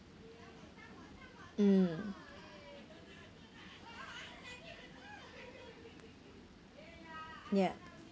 mm ya